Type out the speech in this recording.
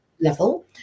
level